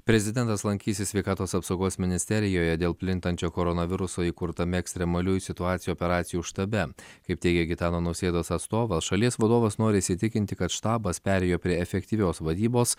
prezidentas lankysis sveikatos apsaugos ministerijoje dėl plintančio koronaviruso įkurtame ekstremaliųjų situacijų operacijų štabe kaip teigė gitano nausėdos atstovas šalies vadovas nori įsitikinti kad štabas perėjo prie efektyvios vadybos